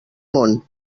món